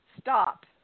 stop